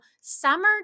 summer